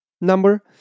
number